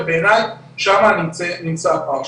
ובעיניי שם נמצא הפער.